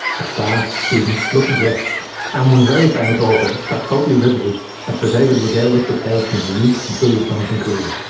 of staff, students, lucky guests and one very famous author sat totally riveted as sir david regaled us with tales from his unique and truly astonishing career.